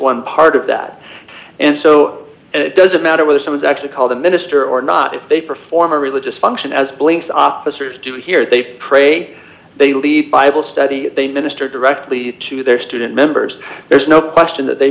one part of that and so it doesn't matter whether some is actually called a minister or not if they perform religious function as blinks opposites do here they pray they lead bible study they minister directly to their student members there's no question that they